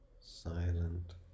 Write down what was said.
silent